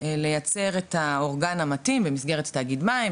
לייצר את האורגן המתאים במסגרת תאגיד מים,